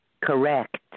Correct